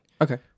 okay